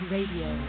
Radio